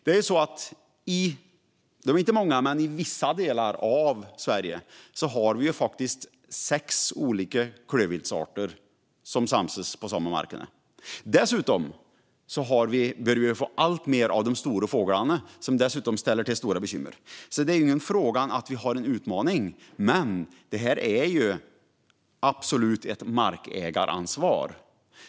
I vissa delar av Sverige - de är inte många - har vi faktiskt sex olika klövviltsarter som samsas på samma marker. Dessutom börjar vi få alltmer av de stora fåglarna, som ställer till stora bekymmer. Det råder inget tvivel om att vi har en utmaning, men det här är absolut ett markägaransvar.